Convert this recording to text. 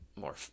More